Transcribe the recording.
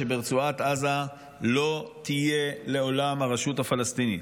שברצועת עזה לא תהיה לעולם הרשות הפלסטינית.